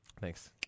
thanks